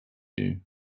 you